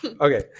Okay